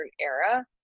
era